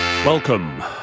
Welcome